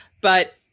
But-